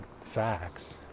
facts